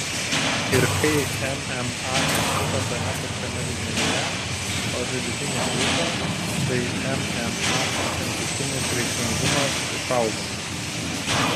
ir kai mma išliko tame pačiame lygmenyje o vidutinė krito tai mma santykinis reikšmingumas išaugo